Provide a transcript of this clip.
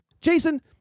Jason